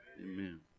Amen